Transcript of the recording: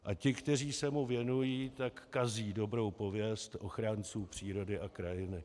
A ti, kteří se mu věnují, tak kazí dobrou pověst ochránců přírody a krajiny.